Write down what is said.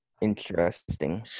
interesting